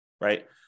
right